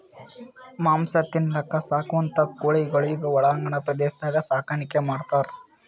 ಮಾಂಸ ತಿನಲಕ್ಕ್ ಸಾಕುವಂಥಾ ಕೋಳಿಗೊಳಿಗ್ ಒಳಾಂಗಣ ಪ್ರದೇಶದಾಗ್ ಸಾಕಾಣಿಕೆ ಮಾಡ್ತಾರ್